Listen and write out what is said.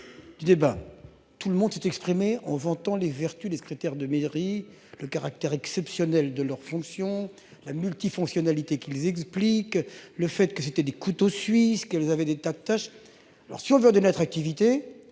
Du débat, tout le monde s'est exprimé en vantant les vertus secrétaire de mairie le caractère exceptionnel de leurs fonctions la multifonctionnalité qu'ils expliquent le fait que c'était des couteaux suisses qu'elles avaient des tatouages. Alors si on veut de notre activité.